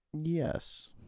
yes